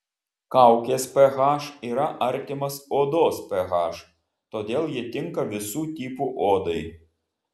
kaukės ph yra artimas odos ph todėl ji tinka visų tipų odai